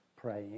praying